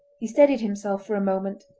he steadied himself for a moment,